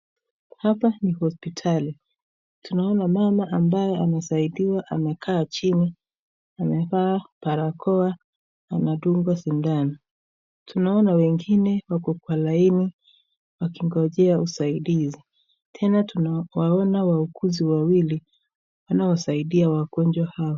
Hapa ni hospitali tunaona mama ambaye anasaidiwa amekaa jini amevaa barakoa anadungwa sindano, tunaona wengine wako kwa laini wakingojea usaidizi, tena tunawaona wauguzi wawili wanaosaidia wagonjwa hawa.